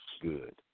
good